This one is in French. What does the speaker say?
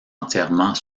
entièrement